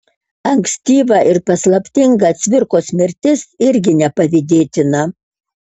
ankstyva ir paslaptinga cvirkos mirtis irgi nepavydėtina